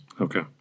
Okay